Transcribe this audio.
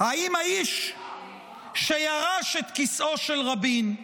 האם האיש שירש את כיסאו של רבין,